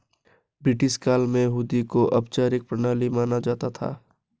British काल में हुंडी को औपचारिक प्रणाली माना जाता था